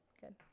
Good